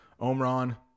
Omron